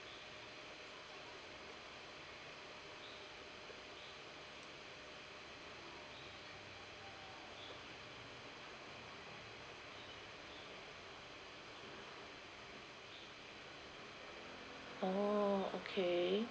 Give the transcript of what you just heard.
oh okay